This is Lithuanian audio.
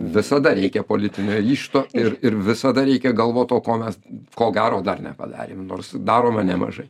visada reikia politinio ryžto ir ir visada reikia galvot o ko mes ko gero dar nepadarėm nors darome nemažai